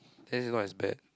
then it's not as bad